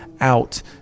out